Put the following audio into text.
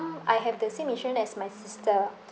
I have the same insurance as my sister